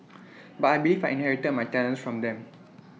but I believe I inherited my talents from them